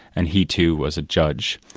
and he too was a judge.